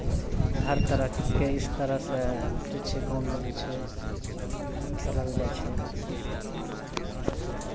हर तरहके छै इस तरहसँ जे छै गाँवमे जे छै खेलल जाइ छै